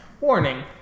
Warning